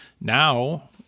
now